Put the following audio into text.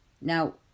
Now